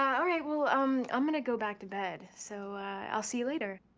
all right, well um i'm gonna go back to bed, so i'll see you later.